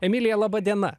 emilija laba diena